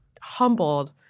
humbled